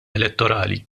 elettorali